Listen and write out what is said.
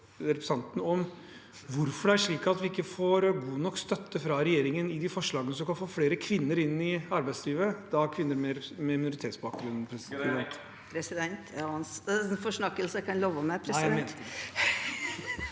hvorfor det er slik at vi ikke får god nok støtte fra regjeringen til de forslagene som kan få flere kvinner inn i arbeidslivet, og da kvinner med minoritetsbakgrunn?